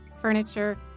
furniture